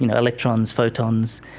you know electrons, photons,